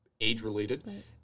age-related